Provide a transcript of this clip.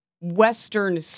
Western